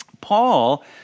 Paul